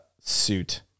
suit